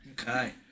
Okay